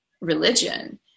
religion